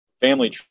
family